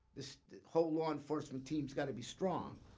this whole law enforcement team's got to be strong.